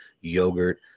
yogurt